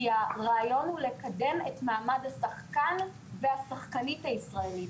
כי הרעיון הוא לקדם את מעמד השחקן והשחקנית הישראליים.